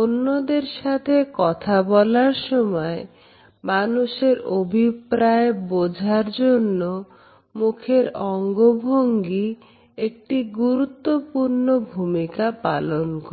অন্যদের সাথে কথা বলার সময় মানুষের অভিপ্রায় বোঝার জন্য মুখের অঙ্গভঙ্গি একটি গুরুত্বপূর্ণ ভূমিকা পালন করে